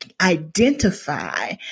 identify